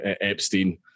Epstein